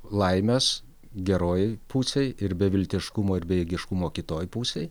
laimės gerojoj pusėj ir beviltiškumo ir bejėgiškumo kitoj pusėj